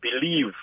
believe